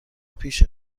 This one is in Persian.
پیش